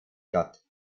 statt